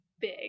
big